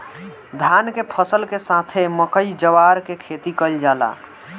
धान के फसल के साथे मकई, जवार के खेती कईल जाला